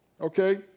Okay